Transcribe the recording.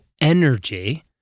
energy